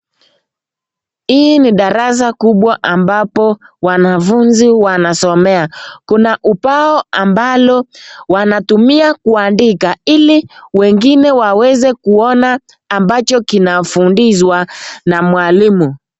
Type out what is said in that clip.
Hii ni darasa kubwa ambao wanafunzi wanasomea kuna ubao ambalo wanatumia kuandika ili wengine waweze kuona ambacho kinafundishwa na mwalimu.